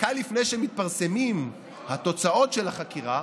דקה לפני שמתפרסמות התוצאות של החקירה,